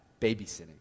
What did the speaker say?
babysitting